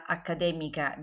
Accademica